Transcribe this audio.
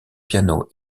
piano